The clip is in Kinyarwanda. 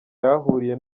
yahahuriye